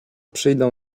przyjdą